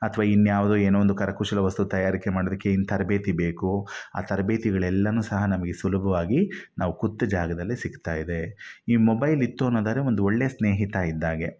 ಅಥ್ವಾ ಇನ್ಯಾವುದೋ ಏನೋ ಒಂದು ಕರಕುಶಲ ವಸ್ತು ತಯಾರಿಕೆ ಮಾಡೋದಕ್ಕೆ ಏನು ತರಬೇತಿ ಬೇಕು ಆ ತರಬೇತಿಗಳೆಲ್ಲವೂ ಸಹ ನಮಗೆ ಸುಲಭವಾಗಿ ನಾವು ಕುಂತ ಜಾಗದಲ್ಲೇ ಸಿಗ್ತಾಯಿದೆ ಈ ಮೊಬೈಲ್ ಇತ್ತು ಅನ್ನೋದಾದ್ರೆ ಒಂದು ಒಳ್ಳೆ ಸ್ನೇಹಿತ ಇದ್ದ ಹಾಗೆ